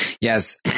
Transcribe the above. Yes